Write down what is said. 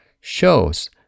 Shows